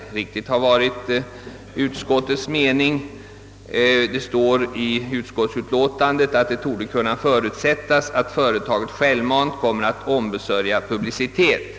I utlåtandet från sammansatta konstitutionsoch första lagutskottet heter det bl.a.: »Vad gäller frågan om offentliggörande i radion av fällande dom mot svenskt programföretag torde kunna förutsättas att företaget självmant kommer att ombesörja publicitet.